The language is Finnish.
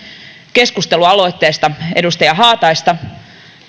keskustelualoitteesta edustaja haataista